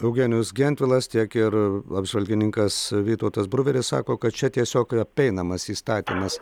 eugenijus gentvilas tiek ir apžvalgininkas vytautas bruveris sako kad čia tiesiog apeinamas įstatymas